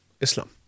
Islam